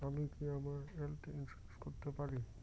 আমি কি আমার হেলথ ইন্সুরেন্স করতে পারি?